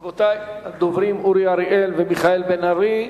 רבותי, הדוברים, אורי אריאל ומיכאל בן-ארי.